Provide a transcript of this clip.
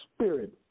spirit